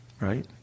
right